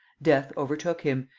death overtook him,